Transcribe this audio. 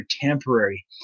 temporary